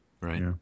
Right